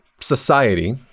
society